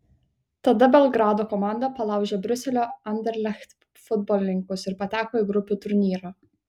tada belgrado komanda palaužė briuselio anderlecht futbolininkus ir pateko į grupių turnyrą